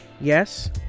Yes